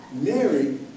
Mary